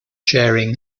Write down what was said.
sharing